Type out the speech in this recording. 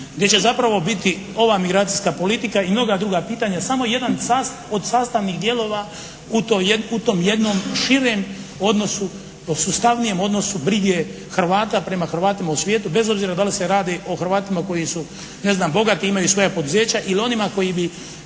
gdje će zapravo biti ova migracijska politika i mnoga druga pitanja, samo jedan od sastavnih dijelova u tom jednom širem odnosu, o sustavnijem odnosu brige Hrvata prema Hrvatima u svijetu bez obzira da li se radi o Hrvatima koji su ne znam bogati i imaju svoja poduzeća ili onima koji bi